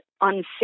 unsafe